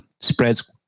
spreads